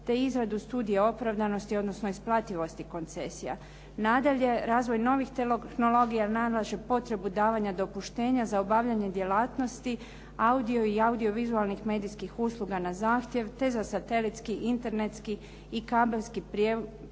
te izradu studija opravdanosti odnosno isplativosti koncesija. Nadalje, razvoj novih tehnologija nalaže potrebu davanja dopuštenja za obavljanje djelatnosti audio i audiovizualnih medijskih usluga na zahtjev, te za satelitski i internetski i kabelski prijenos